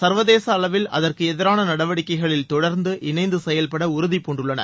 சர்வதேச அளவில் அதற்கு எதிரான நடவடிக்கைகளில் தொடர்ந்து இணைந்து செயல்பட உறுதி பூண்டுள்ளன